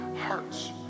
hearts